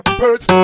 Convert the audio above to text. birds